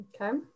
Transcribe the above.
Okay